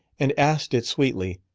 and asked it sweetly,